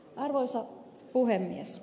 arvoisa puhemies